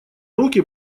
руки